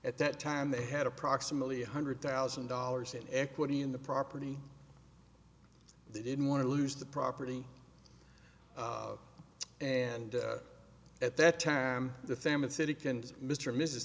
at that time they had approximately one hundred thousand dollars in equity in the property they didn't want to lose the property and at that time the family city can mr